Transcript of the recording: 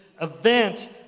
event